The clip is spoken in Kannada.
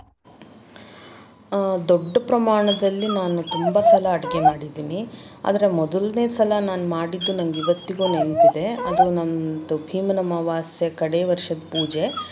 ದೊಡ್ಡ ಪ್ರಮಾಣದಲ್ಲಿ ನಾನು ತುಂಬ ಸಲ ಅಡುಗೆ ಮಾಡಿದ್ದೀನಿ ಆದರೆ ಮೊದಲನೇ ಸಲ ನಾನು ಮಾಡಿದ್ದು ನನಗೆ ಇವತ್ತಿಗೂ ನೆನಪಿದೆ ಅದು ನನ್ನದು ಭೀಮನ ಅಮಾವಾಸ್ಯೆ ಕಡೆ ವರ್ಷದ ಪೂಜೆ